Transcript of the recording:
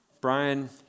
Brian